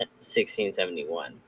1671